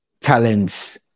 talents